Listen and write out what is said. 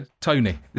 Tony